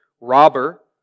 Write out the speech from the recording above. robber